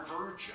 virgin